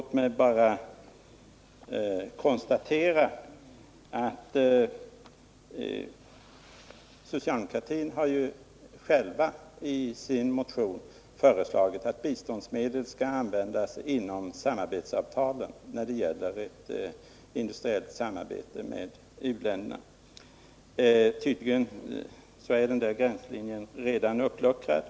Låt mig bara konstatera att socialdemokraterna själva i sin motion föreslagit att biståndsmedel skall användas när det gäller industriellt samarbete med uländerna inom ramen för samarbetsavtalen. Den gränsen är alltså tydligen redan uppluckrad.